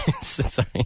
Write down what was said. Sorry